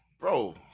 Bro